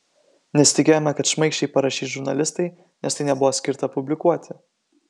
nesitikėjome kad šmaikščiai parašys žurnalistai nes tai nebuvo skirta publikuoti